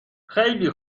خوبه